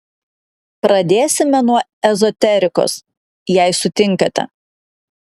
pradėsime nuo ezoterikos jei sutinkate